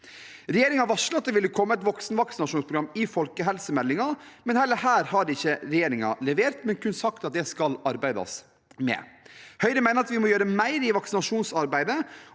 Regjeringen varslet at det ville komme et voksenvaksinasjonsprogram i folkehelsemeldingen, men heller ikke her har regjeringen levert. De har kun sagt at det skal arbeides med. Høyre mener at vi må gjøre mer i vaksinasjonsarbeidet.